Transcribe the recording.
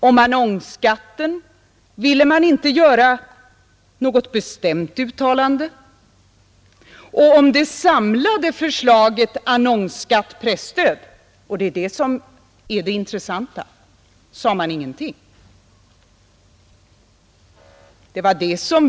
Om annonsskatten ville man inte göra något bestämt uttalande, och om det samlade förslaget annonsskatt-presstöd — och det är det som är det intressanta — sade man ingenting.